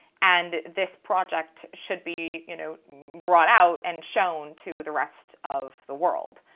and this project should be you know brought out and shown to the rest of the world.